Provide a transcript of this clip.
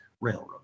railroad